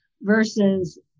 versus